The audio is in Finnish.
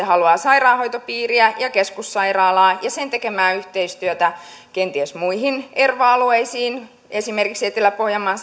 haluaa sairaanhoitopiiriä ja keskussairaalaa ja sen tekemää yhteistyötä kenties muiden erva alueiden esimerkiksi etelä pohjanmaan